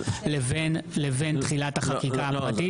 לבין תחילת החקיקה הפרטית.